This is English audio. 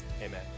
amen